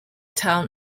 town